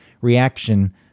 reaction